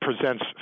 presents